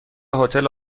هتل